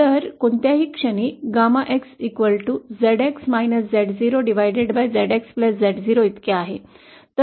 तर कोणत्याही क्षणी 𝜞 ZXZ0 इतके आहे